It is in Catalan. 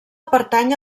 pertany